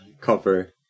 cover